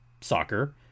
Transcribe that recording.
soccer